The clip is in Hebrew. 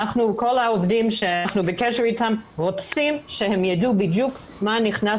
כל העובדים שאנחנו בקשר איתם רוצים שהם ידעו בדיוק מה נכנס